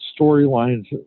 storylines